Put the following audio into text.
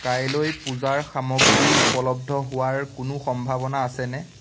কাইলৈ পূজাৰ সামগ্ৰী উপলব্ধ হোৱাৰ কোনো সম্ভাৱনা আছেনে